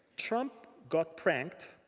trump got pranked